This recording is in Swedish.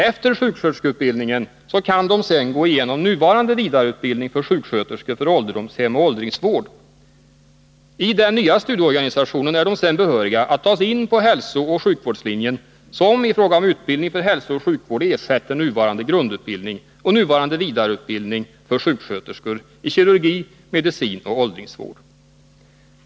Efter sjuksköterskeutbildningen kan de sedan gå igenom nuvarande vidareutbildning för sjuksköterskor för ålderdomshem och åldringsvård. I den nya studieorganisationen är de sedan behöriga att tas in på hälsooch sjukvårdslinjen, som i fråga om utbildning för hälsooch sjukvård ersätter nuvarande grundutbildning och nuvarande vidareutbildning för sjuksköterskor i kirurgi, medicin och åldringsvård.